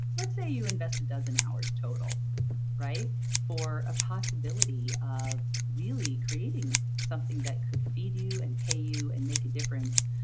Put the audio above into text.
let's say you invest a dozen hours total for a possibility of really creating something that could feed you and pay you and make a difference,